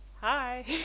hi